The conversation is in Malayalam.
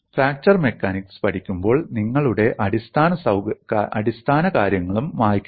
ഫ്രാക്ചർ മെക്കാനിക്സ് പഠിക്കുമ്പോൾ നിങ്ങളുടെ അടിസ്ഥാനകാര്യങ്ങളും മായ്ക്കണം